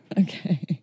Okay